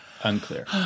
Unclear